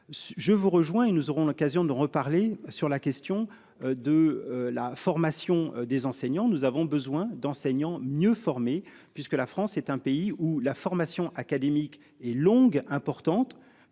Je vous rejoins et nous aurons l'occasion de reparler sur la question de la formation des enseignants. Nous avons besoin d'enseignants mieux formés, puisque la France est un pays où la formation académique et longue importante